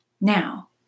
Now